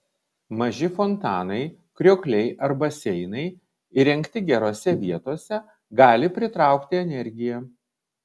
maži fontanai kriokliai ar baseinai įrengti gerose vietose gali pritraukti energiją